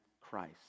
Christ